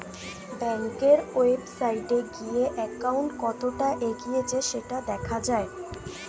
ব্যাংকের ওয়েবসাইটে গিয়ে অ্যাকাউন্ট কতটা এগিয়েছে সেটা দেখা যায়